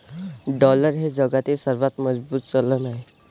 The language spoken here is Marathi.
डॉलर हे जगातील सर्वात मजबूत चलन आहे